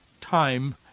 time